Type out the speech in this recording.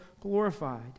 glorified